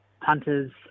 Hunters